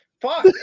Fuck